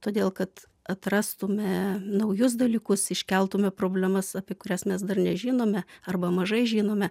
todėl kad atrastume naujus dalykus iškeltume problemas apie kurias mes dar nežinome arba mažai žinome